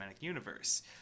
Universe